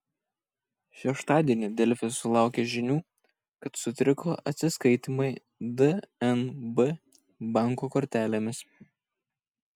šeštadienį delfi sulaukė žinių kad sutriko atsiskaitymai dnb banko kortelėmis